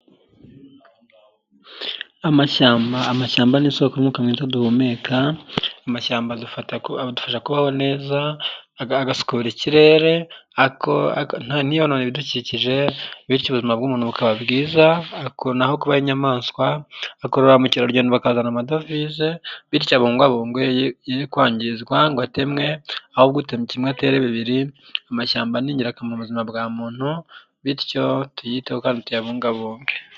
Amashyamba. Amashyamba ni isoko y'umwuka mwiza duhumeka, amashyamba adufasha kubaho neza agasukura ikirere, ntiyonone ibidukikije, bityo ubuzima bw'umuntu bukaba bwiza, ni aho kuba h'inyamaswa, hakurura ba mukeragendo bakazana amadovize bityo abungabungwe yekwangizwa ngo atemwe, ahubwo utemye kimwe atere bibiri, amashyamba ni ingirakamaro ku buzima bwa muntu, bityo tuyiteho abungabungwe.